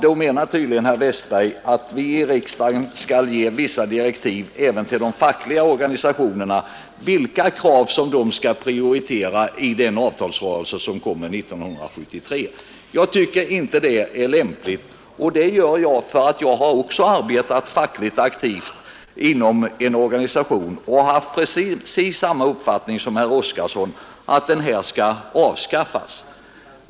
Då menar tydligen herr Westberg att vi i riksdagen skall ge direktiv till de fackliga organisationerna om vilka krav som dessa skall prioritera i den avtalsrörelse som kommer 1973. Jag tycker inte att detta är lämpligt. Det beror på att jag också arbetat fackligt aktivt inom en organisation, och jag har haft precis samma uppfattning som herr Oskarson om att ortsgrupperingen skall avskaffas.